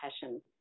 passion